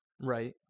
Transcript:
Right